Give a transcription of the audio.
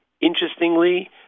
Interestingly